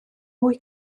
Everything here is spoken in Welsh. mwy